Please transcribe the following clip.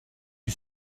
you